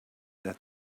that